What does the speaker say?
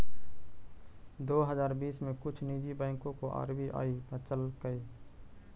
दो हजार बीस में कुछ निजी बैंकों को आर.बी.आई बचलकइ